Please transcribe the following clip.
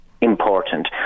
important